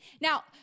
Now